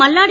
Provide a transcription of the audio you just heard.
Malladi